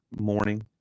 morning